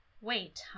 wait